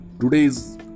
today's